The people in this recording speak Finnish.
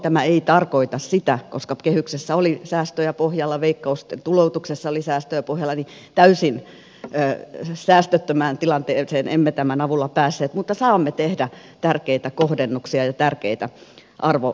tämä ei tarkoita sitä koska kehyksessä oli säästöjä pohjalla veikkauksen tuloutuksessa oli säästöjä pohjalla että täysin säästöttömään tilanteeseen olisimme tämän avulla päässeet mutta saamme tehdä tärkeitä kohdennuksia ja tärkeitä arvovalintoja